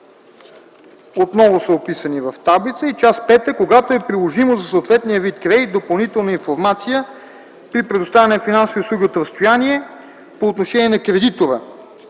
отново е описана в таблица. „Част V. Когато е приложимо за съответния вид кредит, допълнителна информация при предоставяне на финансови услуги от разстояние: а) по отношение на кредитора